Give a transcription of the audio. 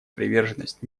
приверженность